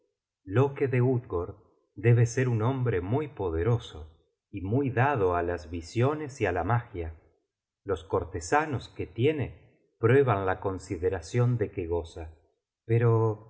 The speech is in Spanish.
loke de utgord debe ser un hombre muy poderoso y muy dado á las visiones y á la magia los cortesanos que tiene prueban la consideracion de que goza pero